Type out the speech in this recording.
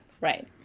right